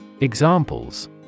Examples